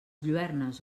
lluernes